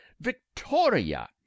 victoria